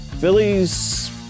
Phillies